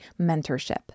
mentorship